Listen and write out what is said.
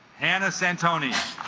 hanna santoni